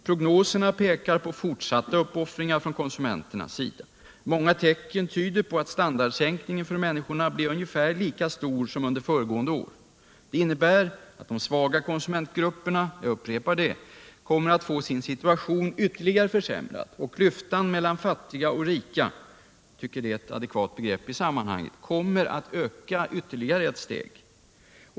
Prognoserna pekar på fortsatta uppoffringar från konsumenternas sida. Många tecken tyder på att standardsänkningen för människorna blir ungefär lika stor som under föregående år. Jag upprepar att det innebär att de svaga konsumentgrupperna kommer att få sin situation ytterligare försämrad och att klyftan mellan fattiga och rika — jag tycker att det är ett adekvat begrepp i sammanhanget — kommer att öka ytterligare ett steg.